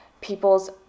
people's